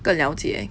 更了解